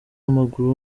w’amaguru